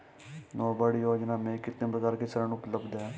नाबार्ड योजना में कितने प्रकार के ऋण उपलब्ध हैं?